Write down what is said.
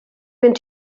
ben